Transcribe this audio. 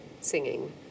Singing